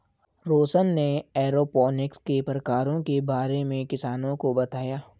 रौशन ने एरोपोनिक्स के प्रकारों के बारे में किसानों को बताया